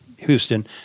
Houston